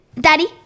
Daddy